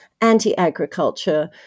anti-agriculture